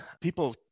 people